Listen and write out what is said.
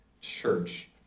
Church